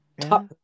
Top